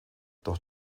doch